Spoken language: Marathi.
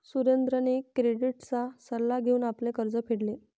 सुरेंद्रने क्रेडिटचा सल्ला घेऊन आपले कर्ज फेडले